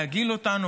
להגעיל אותנו?